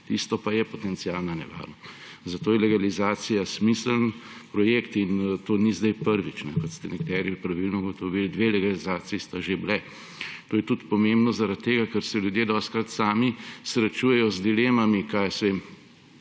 Tisto pa je potencialna nevarnost. Zato je legalizacija smiseln projekt, in to ni zdaj prvič, kot ste nekateri pravilno ugotovili. Dve legalizaciji sta že bili. To je pomembno tudi zaradi tega, ker se ljudje dostikrat sami srečujejo z dilemami, kaj